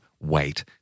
wait